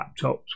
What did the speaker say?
laptops